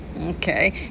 Okay